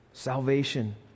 Salvation